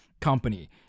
company